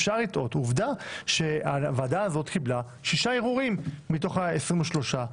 עובדה שהוועדה הזאת קיבלה שישה ערעורים מתוך ה-23.